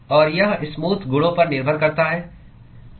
और यह स्मूथ गुणों पर निर्भर करता है